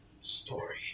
story